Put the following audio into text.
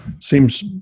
seems